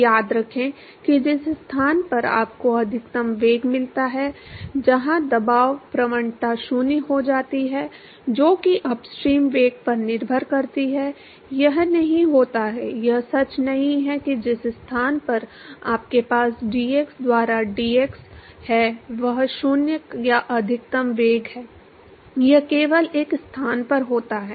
तो याद रखें कि जिस स्थान पर आपको अधिकतम वेग मिलता है जहाँ दाब प्रवणता 0 हो जाती है जो कि अपस्ट्रीम वेग पर निर्भर करती है यह नहीं होता यह सच नहीं है कि जिस स्थान पर आपके पास dx द्वारा dx है वह 0 या अधिकतम वेग है यह केवल एक स्थान पर होता है